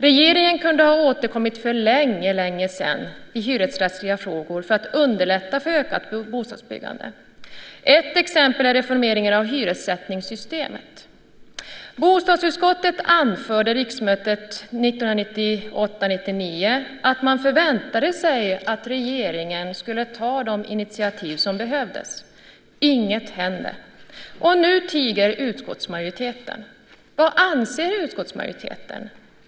Regeringen kunde ha återkommit för länge, länge sedan i hyresrättsliga frågor för att underlätta för ökat bostadsbyggande. Ett exempel är reformering av hyressättningssystemet. Bostadsutskottet anförde riksmötet 1998/99 att man förväntade sig att regeringen skulle ta de initiativ som behövdes. Inget händer. Och nu tiger utskottsmajoriteten. Vad anser utskottsmajoriteten?